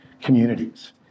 communities